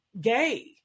gay